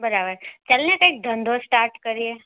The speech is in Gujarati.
બરાબર ચાલને કઈક ધંધો સ્ટાર્ટ કરીએ